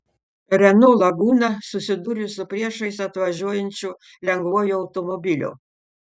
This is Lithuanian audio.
renault laguna susidūrė su priešais atvažiuojančiu lengvuoju automobiliu